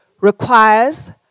requires